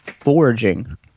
foraging